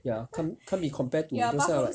ya can't can't be compared to those type of like